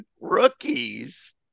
rookies